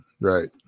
right